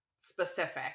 specific